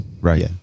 right